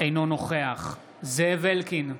אינו נוכח זאב אלקין,